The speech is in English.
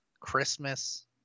Christmas